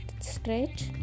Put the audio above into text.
stretch